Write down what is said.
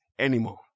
anymore